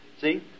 See